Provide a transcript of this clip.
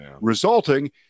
resulting